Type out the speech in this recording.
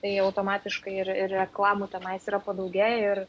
tai automatiškai ir ir reklamų tenai yra padaugėję ir